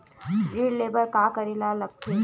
ऋण ले बर का करे ला लगथे?